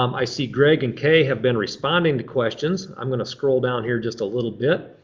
um i see greg and kay have been responding to questions. i'm gonna scroll down here just a little bit.